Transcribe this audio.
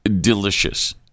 delicious